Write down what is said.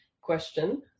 question